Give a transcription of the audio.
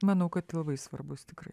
manau kad labai svarbus tikrai